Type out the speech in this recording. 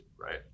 right